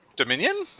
Dominion